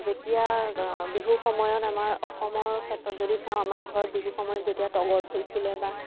যেতিয়া বিহুৰ সময়ত আমাৰ অসমৰ ক্ষেত্ৰত যদি চাঁও আমাৰ ঘৰত বিহু সময়ত যেতিয়া তগৰ ফুল ফুলে বা